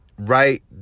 right